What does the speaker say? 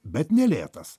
bet nelėtas